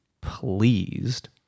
pleased